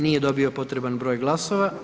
Nije dobio potreban broj glasova.